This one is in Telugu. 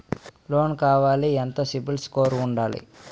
లోన్ కావాలి ఎంత సిబిల్ స్కోర్ ఉండాలి?